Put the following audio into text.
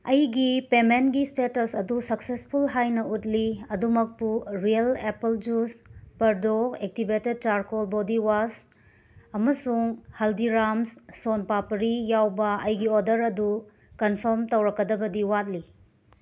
ꯑꯩꯒꯤ ꯄꯦꯃꯦꯟꯒꯤ ꯏꯁꯇꯦꯇꯁ ꯑꯗꯨ ꯁꯛꯁꯦꯁꯐꯨꯜ ꯍꯥꯏꯅ ꯎꯠꯂꯤ ꯑꯗꯨꯃꯛꯄꯨ ꯔꯤꯑꯦꯜ ꯑꯦꯞꯄꯜ ꯖꯨꯁ ꯄꯔꯗꯣ ꯑꯦꯛꯇꯤꯚꯦꯇꯦꯠ ꯆꯥꯔꯀꯣꯜ ꯕꯣꯗꯤ ꯋꯥꯁ ꯑꯃꯁꯨꯡ ꯍꯜꯗꯤꯔꯥꯝꯁ ꯁꯣꯟ ꯄꯥꯄꯔꯤ ꯌꯥꯎꯕ ꯑꯩꯒꯤ ꯑꯣꯗꯔ ꯑꯗꯨ ꯀꯟꯐꯥꯔꯝ ꯇꯧꯔꯛꯀꯗꯕꯗꯤ ꯋꯥꯠꯂꯤ